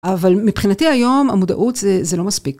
אבל מבחינתי היום המודעות זה לא מספיק.